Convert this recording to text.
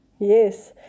Yes